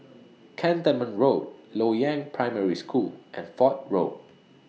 Cantonment Road Loyang Primary School and Fort Road